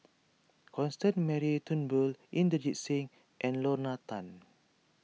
Constance Mary Turnbull Inderjit Singh and Lorna Tan